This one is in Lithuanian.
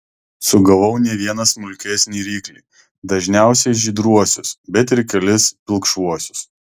sugavau ne vieną smulkesnį ryklį dažniausiai žydruosius bet ir kelis pilkšvuosius